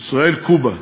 ישראל קובה,